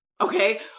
Okay